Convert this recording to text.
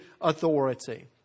authority